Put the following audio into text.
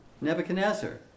Nebuchadnezzar